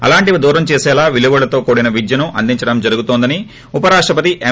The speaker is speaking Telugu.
అలాంటివి దూరం చేసేలా విలువలతో కూడిన విద్యను అందించడం జరుగుతోందని ఉప రాష్టపతి ఎం